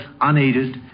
unaided